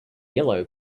yellow